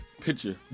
picture